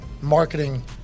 marketing